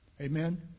Amen